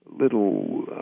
Little